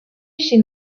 chez